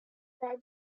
bribed